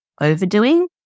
overdoing